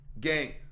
gang